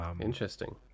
interesting